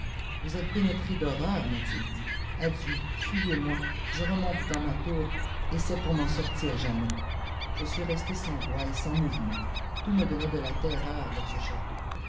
vous êtes pénétré d'horveinr m'alil dit adieu fuyez moi je remonte dans ma tour c pour n'en sortir jamais y je fuis resté sans voix et sans moiîvmbeit tout me donnait de la terreur dans ce château